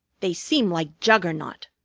they seem like juggernaut.